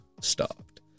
stopped